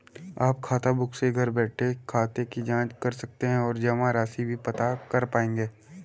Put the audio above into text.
आप खाताबुक से घर बैठे खाते की जांच कर सकते हैं और जमा राशि भी पता कर पाएंगे